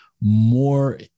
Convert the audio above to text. more